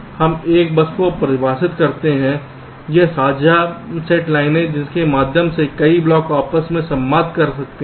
हम एक बस को परिभाषित करते हैं एक साझा साझा सेट लाइनें जिसके माध्यम से कई ब्लॉक आपस में संवाद कर सकते हैं